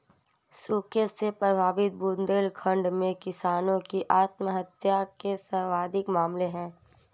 सूखे से प्रभावित बुंदेलखंड में किसानों की आत्महत्या के सर्वाधिक मामले है